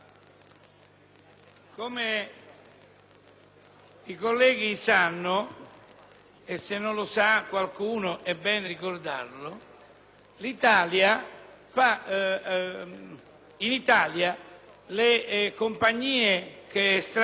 i colleghi sanno, e se qualcuno non lo sa è bene ricordarlo, in Italia le compagnie che estraggono petrolio